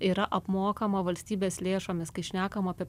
yra apmokama valstybės lėšomis kai šnekam apie